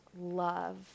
love